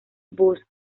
bus